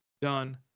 done